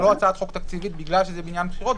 לא הצעת חוק תקציבית בגלל שזה בעניין בחירות,